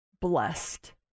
blessed